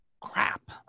crap